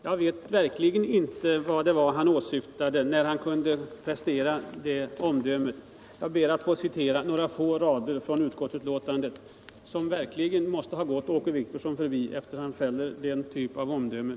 Jag vet verkligen inte vad Åke Wictorsson åsyftade när han kunde prestera det omdömet. Jag ber att få citera några rader — Nr 54 ur utskottsbetänkandet, som måste ha gått Åke Wictorsson förbi, eftersom han fäller denna typ av omdöme.